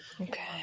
Okay